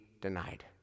denied